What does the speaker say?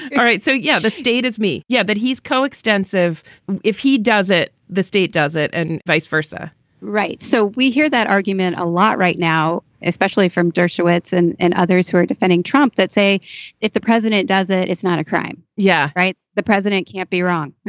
all right. so, yeah, the state is me. yeah, but he's coextensive if he does it, the state does it and vice versa right. so we hear that argument a lot right now, especially from dershowitz and and others who are defending trump that say if the president does it, it's not a crime. yeah, right. the president can't be wrong.